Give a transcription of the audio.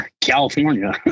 California